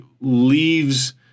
leaves